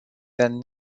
than